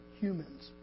humans